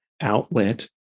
outlet